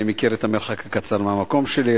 אני מכיר את המרחק הקצר מהמקום שלי,